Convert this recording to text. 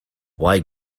why